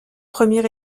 premier